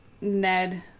Ned